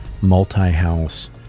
multi-house